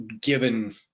given